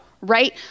right